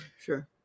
sure